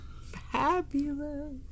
Fabulous